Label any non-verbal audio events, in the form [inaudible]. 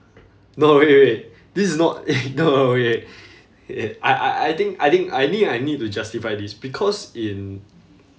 no wait wait wait this is not [laughs] no no wait wait wait [breath] I I I think I think I ne~ I need to justify this because in